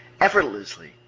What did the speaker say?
effortlessly